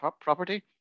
property